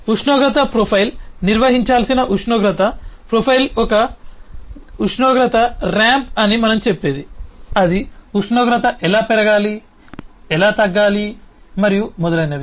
ఉష్ణోగ్రత ప్రొఫైల్ నిర్వహించాల్సిన ఉష్ణోగ్రత ప్రొఫైల్ ఒక ఉష్ణోగ్రత రాంప్ అని మనం చెప్పేది అది ఉష్ణోగ్రత ఎలా పెరగాలి ఎలా తగ్గాలి మరియు మొదలైనవి